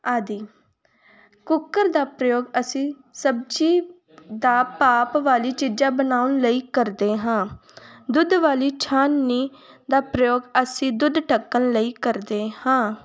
ਆਦਿ ਕੁੱਕਰ ਦਾ ਪ੍ਰਯੋਗ ਅਸੀਂ ਸਬਜ਼ੀ ਦਾ ਭਾਪ ਵਾਲੀ ਚੀਜ਼ਾਂ ਬਣਾਉਣ ਲਈ ਕਰਦੇ ਹਾਂ ਦੁੱਧ ਵਾਲੀ ਛਾਨਣੀ ਦਾ ਪ੍ਰਯੋਗ ਅਸੀਂ ਦੁੱਧ ਢੱਕਣ ਲਈ ਕਰਦੇ ਹਾਂ